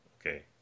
Okay